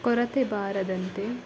ಕೊರತೆ ಬಾರದಂತೆ